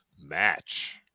match